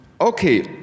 Okay